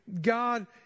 God